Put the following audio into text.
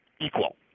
equal